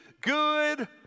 good